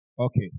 Okay